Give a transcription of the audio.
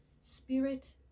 Spirit